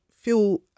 feel